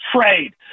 trade